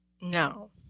No